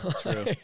true